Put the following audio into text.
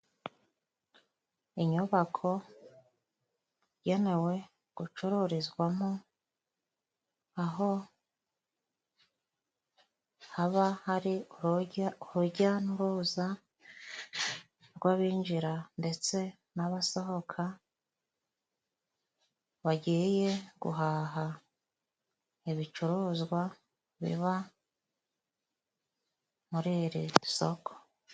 Inyubako igenewe gucururizwamo, aho haba hari urujya n'uruza rw'abinjira ndetse n'abasohoka bagiye guhaha ibicuruzwa biba muri iri soko.